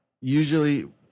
usually